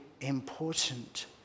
important